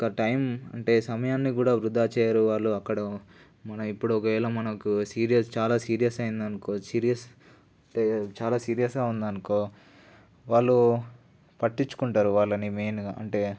ఇంకా టైం అంటే సమయాన్ని కూడా వృథా చేయరు వాళ్ళు అక్కడ మన ఇప్పుడు ఒకవేళ మనకు సీరియస్ చాలా సీరియస్ అయింది అనుకో సీరియస్ అంటే చాలా సీరియస్గా ఉందనుకో వాళ్ళు పట్టించుకుంటారు వాళ్ళని మెయిన్గా అంటే